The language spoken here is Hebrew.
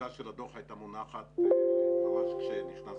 הטיוטה של הדוח הייתה מונחת ממש כשנכנסתי